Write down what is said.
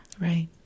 Right